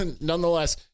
nonetheless